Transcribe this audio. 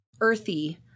earthy